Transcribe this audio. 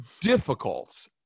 difficult